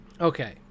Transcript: Okay